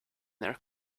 their